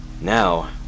Now